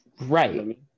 Right